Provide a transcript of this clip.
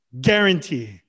guarantee